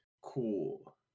cool